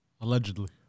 allegedly